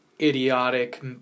idiotic